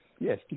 Yes